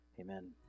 Amen